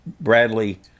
Bradley